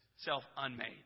Self-unmade